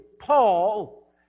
Paul